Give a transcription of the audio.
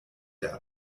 der